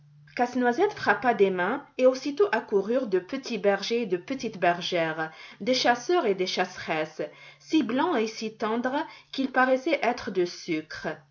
casse-noisette frappa des mains et aussitôt accoururent de petits bergers et de petites bergères des chasseurs et des chasseresses si blancs et si tendres qu'ils paraissaient être de sucre